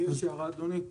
יש לי הערה, אדוני.